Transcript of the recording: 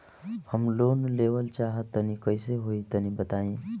हम लोन लेवल चाह तनि कइसे होई तानि बताईं?